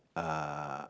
uh